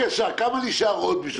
--- כמה נשאר בשביל עוד כמה דברים טובים?